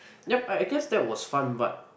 yup I I guess that was fun but